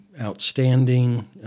outstanding